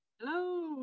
Hello